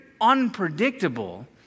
unpredictable